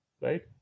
right